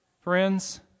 friends